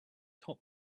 top